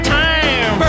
time